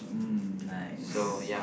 mm nice